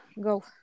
go